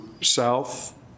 south